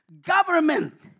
government